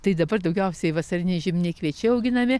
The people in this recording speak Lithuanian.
tai dabar daugiausiai vasariniai žieminiai kviečiai auginami